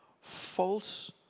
false